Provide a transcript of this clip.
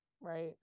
right